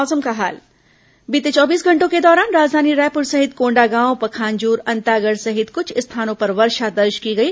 मौसम बीते चौबीस घंटों के दौरान राजधानी रायपुर सहित कोंडागांव पखांजूर अंतागढ़ सहित कृछ स्थानों पर वर्षा दर्ज की गई